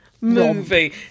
movie